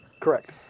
Correct